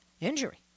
injury